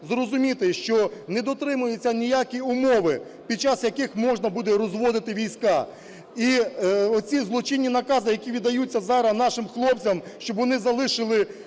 зрозуміти, що не дотримуються ніякі умови, під час яких можна буде розводити війська. І ці злочинні накази, які віддаються зараз нашим хлопцям, щоб вони залишили